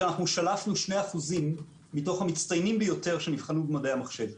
אנחנו שלפנו 2% מתוך המצטיינים ביותר שנבחנו במדעי המחשב,